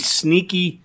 sneaky